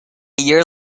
year